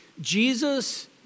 Jesus